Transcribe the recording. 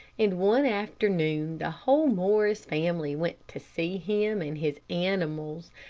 and one afternoon the whole morris family went to see him and his animals,